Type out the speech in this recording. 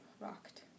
rocked